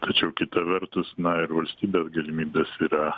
tačiau kita vertus na ir valstybės galimybės yra